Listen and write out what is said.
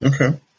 Okay